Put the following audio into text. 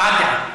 הבעת דעה.